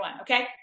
Okay